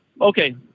okay